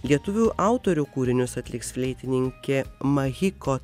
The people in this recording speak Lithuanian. lietuvių autorių kūrinius atliks fleitininkė mahiko